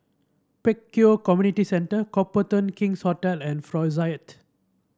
Pek Kio Community Centre Copthorne King's Hotel and